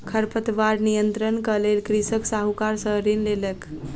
खरपतवार नियंत्रणक लेल कृषक साहूकार सॅ ऋण लेलक